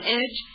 edge